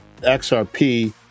XRP